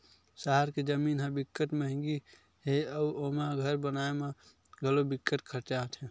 सहर के जमीन ह बिकट मंहगी हे अउ ओमा घर बनाए म घलो बिकट खरचा आथे